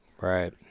Right